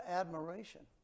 admiration